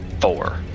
four